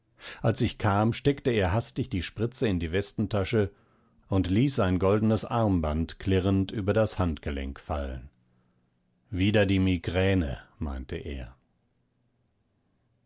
als ich kam steckte er hastig die spritze in die westentasche und ließ sein goldenes armband klirrend über das handgelenk fallen wieder die migräne meinte er